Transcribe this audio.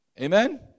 amen